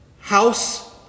house